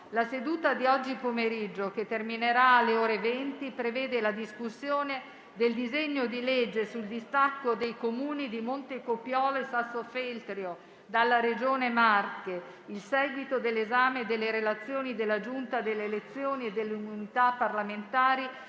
La seduta di oggi pomeriggio, che terminerà alle ore 20, prevede la discussione del disegno di legge sul distacco dei Comuni di Montecopiolo e Sassofeltrio dalla Regione Marche, il seguito dell'esame delle relazioni della Giunta delle elezioni e delle immunità parlamentari